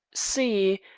see.